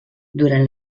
durant